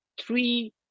three